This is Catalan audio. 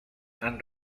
han